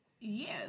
Yes